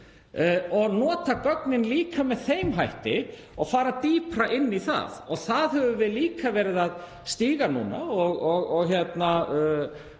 Og nota gögnin líka með þeim hætti og fara dýpra inn í það. Það höfum við líka verið að gera núna og þar